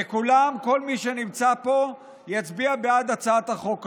וכולם, כל מי שנמצא פה, יצביע בעד הצעת החוק הזאת.